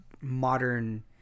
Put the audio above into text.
modern